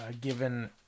given